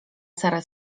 sara